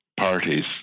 Parties